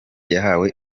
yahawe